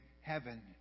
heaven